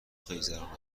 خیزران